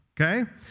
okay